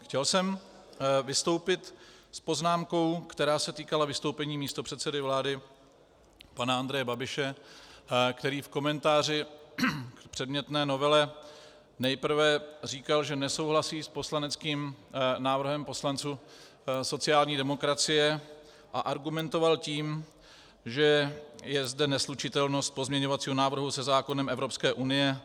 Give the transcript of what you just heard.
Chtěl jsem vystoupit s poznámkou, která se týkala vystoupení místopředsedy vlády pana Andreje Babiše, který v komentáři k předmětné novele nejprve říkal, že nesouhlasí s poslaneckým návrhem poslanců sociální demokracie, a argumentoval tím, že je zde neslučitelnost pozměňovacího návrhu se zákonem Evropské unie.